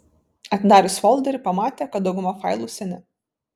atidarius folderį pamatė kad dauguma failų seni